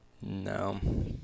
No